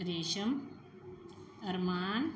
ਰੇਸ਼ਮ ਅਰਮਾਨ